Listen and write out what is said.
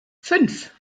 fünf